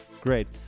Great